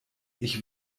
ich